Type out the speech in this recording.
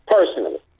Personally